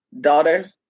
daughter